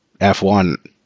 F1